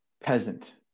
peasant